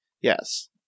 Yes